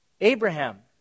Abraham